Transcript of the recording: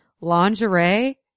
Lingerie